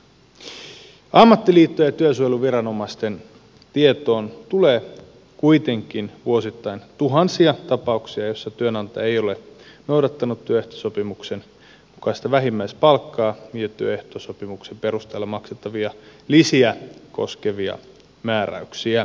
ammattiliittojen ja työsuojeluviranomaisten tietoon tulee kuitenkin vuosittain tuhansia tapauksia joissa työnantaja ei ole noudattanut työehtosopimuksen mukaista vähimmäispalkkaa ja työehtosopimuksen perusteella maksettavia lisiä koskevia määräyksiä